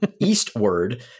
eastward